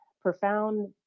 profound